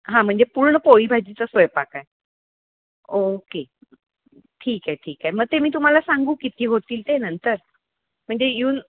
हां म्हणजे पूर्ण पोळीभाजीचा स्वयंपाक आहे ओके ठीके ठीक आहे मग ते मी तुम्हाला सांगू किती होतील ते नंतर म्हणजे येऊन